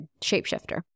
shapeshifter